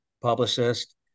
publicist